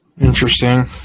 Interesting